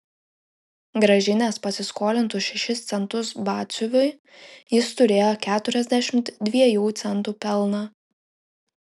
grąžinęs pasiskolintus šešis centus batsiuviui jis turėjo keturiasdešimt dviejų centų pelną